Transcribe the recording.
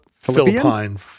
Philippine